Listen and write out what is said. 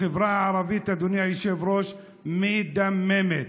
החברה הערבית, אדוני היושב-ראש, מדממת.